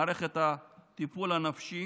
מערכת הטיפול הנפשי